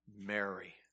Mary